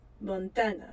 Montana